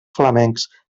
flamencs